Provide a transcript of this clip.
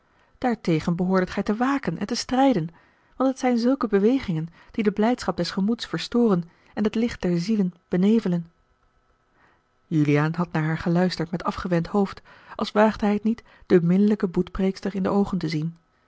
daartegen behoordet gij te waken en te strijden want het zijn zulke bewegingen die de blijdschap des gemoeds verstoren en het licht der ziele benevelen juliaan had naar haar geluisterd met afgewend hoofd als waagde hij het niet de minnelijke boetpreekster in de oogen te zien